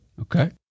Okay